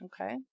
Okay